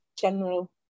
general